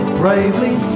bravely